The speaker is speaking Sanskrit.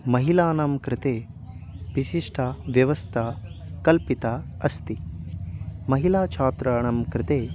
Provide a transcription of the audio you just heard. महिलानां कृते विशिष्टा व्यवस्था कल्पिता अस्ति महिलाछात्राणां कृते